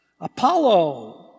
Apollo